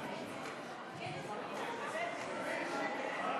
לא